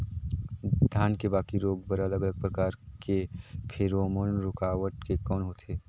धान के बाकी रोग बर अलग अलग प्रकार के फेरोमोन रूकावट के कौन होथे?